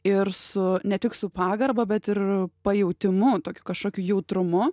ir su ne tik su pagarba bet ir pajautimu tokiu kažkokiu jautrumu